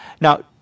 Now